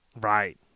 Right